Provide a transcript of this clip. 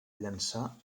llançar